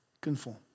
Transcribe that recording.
conform